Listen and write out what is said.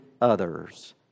others